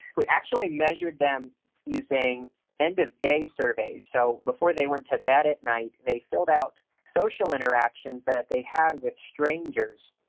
we actually measured them using end-of-day surveys. so before they went to bed at night they filled out social interactions that they had with strangers,